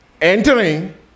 entering